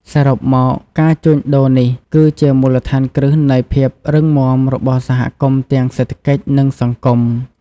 សរុបមក ការជួញដូរនេះគឺជាមូលដ្ឋានគ្រឹះនៃភាពរឹងមាំរបស់សហគមន៍ទាំងសេដ្ឋកិច្ចនិងសង្គម។